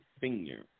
senior